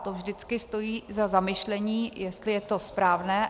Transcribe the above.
To vždycky stojí za zamyšlení, jestli je to správné.